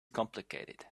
complicated